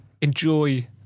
enjoy